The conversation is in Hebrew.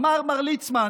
אמר מר ליצמן,